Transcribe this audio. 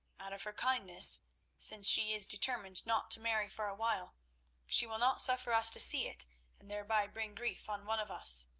out of her kindness since she is determined not to marry for a while she will not suffer us to see it and thereby bring grief on one of us.